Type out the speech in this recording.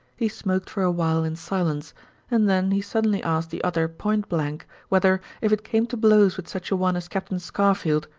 he smoked for a while in silence and then he suddenly asked the other point-blank whether, if it came to blows with such a one as captain scarfield,